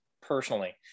personally